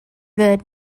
good